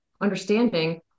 understanding